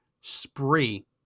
spree